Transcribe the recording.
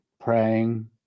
praying